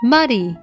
Muddy